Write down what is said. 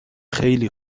خیلی